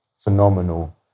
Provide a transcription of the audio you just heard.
phenomenal